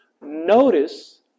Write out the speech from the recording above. Notice